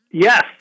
Yes